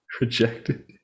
Rejected